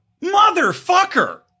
motherfucker